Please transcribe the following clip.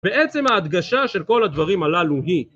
בעצם ההדגשה של כל הדברים הללו היא...